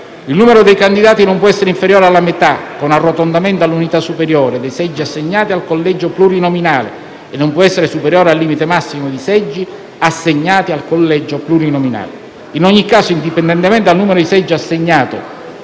Il numero dei candidati non può essere inferiore alla metà, con arrotondamento all'unità superiore, dei seggi assegnati al collegio plurinominale e non può essere superiore al limite massimo di seggi assegnati al collegio plurinominale; in ogni caso, indipendentemente dal numero di seggi assegnato